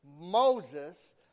Moses